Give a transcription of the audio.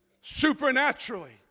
supernaturally